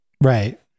right